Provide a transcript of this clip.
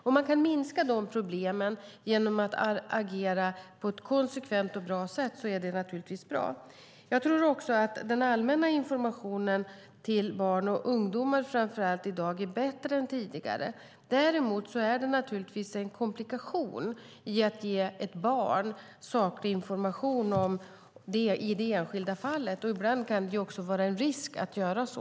Om man kan minska de problemen genom att agera på ett konsekvent och bra sätt är det naturligtvis bra. Jag tror också att den allmänna informationen till barn och framför allt till ungdomar i dag är bättre än tidigare. Däremot finns det naturligtvis en komplikation i att ge ett barn saklig information i det enskilda fallet. Ibland kan det också vara en risk att göra så.